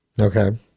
Okay